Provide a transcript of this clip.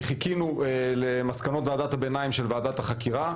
חיכינו למסקנות ועדת הביניים של ועדת החקירה,